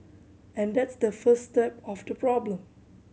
and that's the first step of the problem